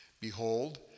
behold